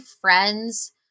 friends